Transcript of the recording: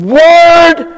word